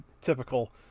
typical